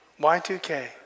Y2K